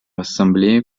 ассамблеи